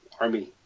army